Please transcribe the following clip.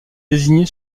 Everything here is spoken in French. désignée